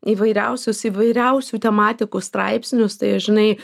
įvairiausius įvairiausių tematikų straipsnius tai žinai